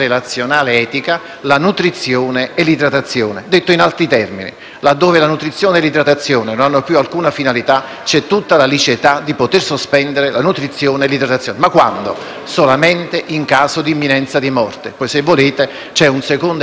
laddove la nutrizione e l'idratazione non hanno più alcuna finalità, c'è tutta la liceità di poterle sospendere. Ma quando? Solamente in caso di imminenza di morte. Se volete, poi, c'è un secondo emendamento, che chiedo alla Presidenza cortesemente di poter illustrare